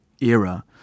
era